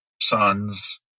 sons